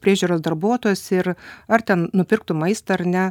priežiūros darbuotojas ir ar ten nupirktų maistą ar ne